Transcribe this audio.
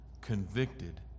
convicted